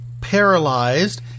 paralyzed